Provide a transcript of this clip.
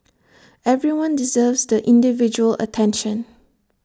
everyone deserves the individual attention